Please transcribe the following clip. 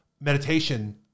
meditation